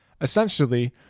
Essentially